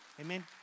Amen